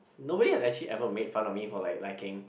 nobody has actually ever made fun of me for like liking